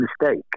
mistake